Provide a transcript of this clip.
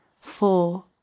four